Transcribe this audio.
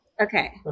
okay